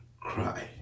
cry